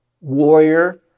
warrior